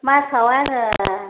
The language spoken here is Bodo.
मासाव आरो